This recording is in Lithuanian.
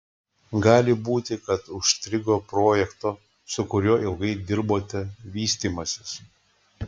gali būti kad užstrigo projekto su kuriuo ilgai dirbote vystymasis